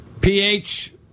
PH